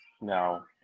No